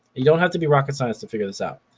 you don't have to be rocket science to figure this out.